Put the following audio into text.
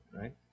right